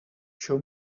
show